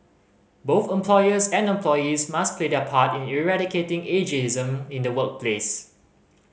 both employers and employees must play their part in eradicating ageism in the workplace